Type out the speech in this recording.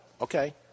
Okay